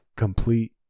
Complete